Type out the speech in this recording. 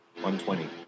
120